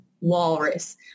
walrus